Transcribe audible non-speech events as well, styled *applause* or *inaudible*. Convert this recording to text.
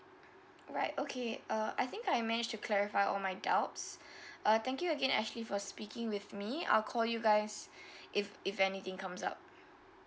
alright okay uh I think I've managed to clarify all my doubts *breath* uh thank you again ashley for speaking with me I'll call you guys *breath* if if anything comes up